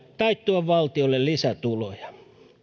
tai tuo valtiolle lisätuloja